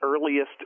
earliest